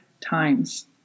times